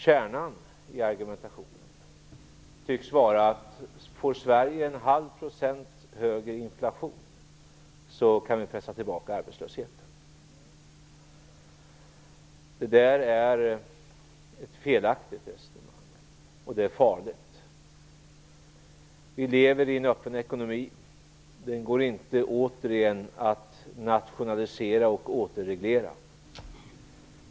Kärnan i argumentationen tycks vara att om Sverige får en halv procents högre inflation, så kan vi pressa tillbaka arbetslösheten. Det är ett felaktigt resonemang, och det är farligt. Vi lever i en öppen ekonomi. Det går inte att återigen nationalisera och återreglera.